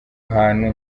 hantu